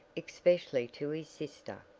especially to his sister.